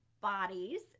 bodies